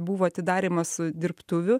buvo atidarymas dirbtuvių